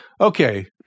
Okay